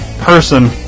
person